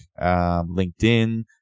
LinkedIn